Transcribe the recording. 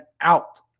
out